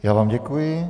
Já vám děkuji.